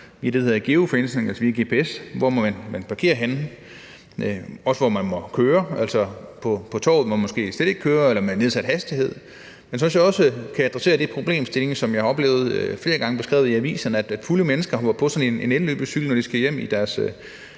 bruge det, der hedder geofencing, altså via gps – og også hvor man må køre. Altså, på fortovet må man måske slet ikke køre, eller måske med nedsat hastighed. Men så vil jeg også adressere den problemstilling, som jeg har oplevet flere gange beskrevet i aviserne, altså at fulde mennesker hopper på sådan et elløbehjul, når de i deres